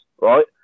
right